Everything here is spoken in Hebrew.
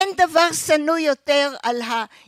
‫אין דבר שנוא יותר על ה...